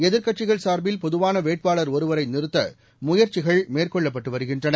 எதிர்க்கட்சிகள் சார்பில் பொதுவான வேட்பாளர் ஒருவரை நிறுத்த முயற்சிகள் மேற்கொள்ளப்பட்டு வருகின்றன